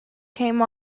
came